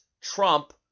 trump